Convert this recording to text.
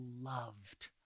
loved